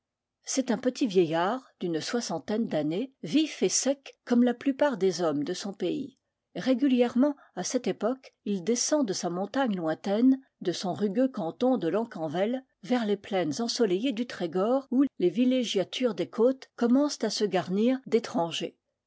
c'est un petit vieillard d'une soixantaine d'années vif et sec comme la plupart des hommes de son pays régulière ment à cette époque il descend de sa montagne lointaine de son rugueux canton de locquenvel vers les plaines enso leillées du trégor où les villégiatures des côtes commen cent à se garnir